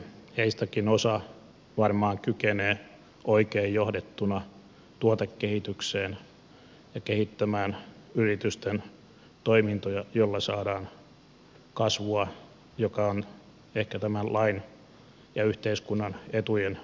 heistäkin osa varmaan kykenee oikein johdettuna tuotekehitykseen ja kehittämään yritysten toimintoja joilla saadaan kasvua joka on ehkä tämän lain ja yhteiskunnan etujen mukaista